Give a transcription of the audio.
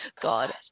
God